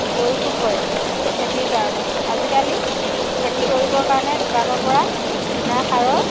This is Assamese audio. পৰিশোধ কৰে খেতিৰ কাৰণে আজিকালি খেতি কৰিবৰ কাৰণে দোকানৰ পৰা কিনা সাৰৰ